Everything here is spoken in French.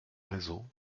réseau